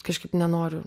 kažkaip nenoriu